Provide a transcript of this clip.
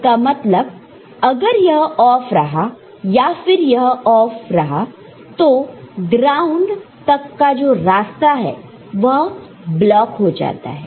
इसका मतलब अगर यह ऑफ रहा या फिर यह ऑफ रहा तो ग्राउंड तक का जो रास्ता है वह ब्लॉक हो जाता है